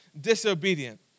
disobedient